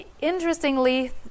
interestingly